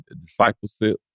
discipleship